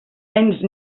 menys